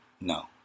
No